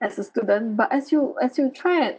as a student but as you as you try and